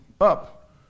up